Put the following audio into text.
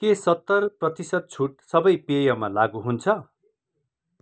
के सत्तर प्रतिशत छुट सबै पेयमा लागू हुन्छ